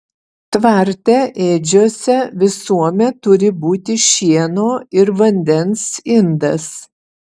tvarte ėdžiose visuomet turi būti šieno ir vandens indas